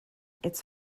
its